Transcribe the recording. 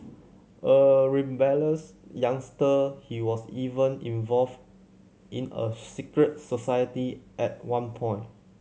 a rebellious youngster he was even involved in a secret society at one point